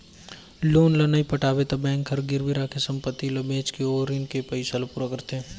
loan ल नइ पटाबे त बेंक हर गिरवी राखे संपति ल बेचके ओ रीन के पइसा ल पूरा करथे